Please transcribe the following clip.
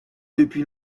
depuis